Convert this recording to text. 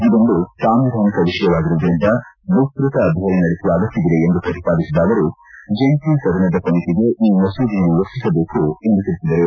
ಇದೊಂದು ಸಾಂವಿಧಾನಿಕ ವಿಷಯವಾಗಿರುವುದರಿಂದ ವಿಸ್ತತ ಅಧ್ಯಯನ ನಡೆಸುವ ಅಗತ್ತವಿದೆ ಎಂದು ಪ್ರತಿಪಾದಿಸಿದ ಅವರು ಜಂಟಿ ಸದನ ಸಮಿತಿಗೆ ಈ ಮಸೂದೆಯನ್ನು ಕಳುಹಿಸಬೇಕು ಎಂದು ಒತ್ತಾಯಿಸಿದರು